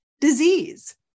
disease